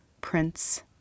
Prince